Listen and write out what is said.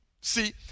See